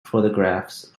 photographs